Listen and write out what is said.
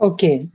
Okay